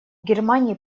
германии